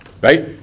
right